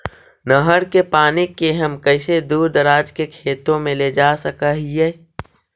नहर के पानी के हम कैसे दुर दराज के खेतों में ले जा सक हिय?